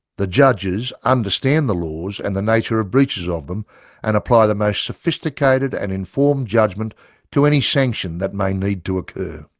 the judges judges understand the laws and the nature of breaches of them and apply the most sophisticated and informed judgement to any sanction that may need to occur.